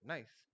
Nice